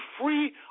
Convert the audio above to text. free